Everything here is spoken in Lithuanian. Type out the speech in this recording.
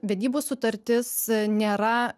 vedybų sutartis nėra